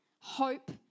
hope